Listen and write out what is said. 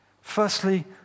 Firstly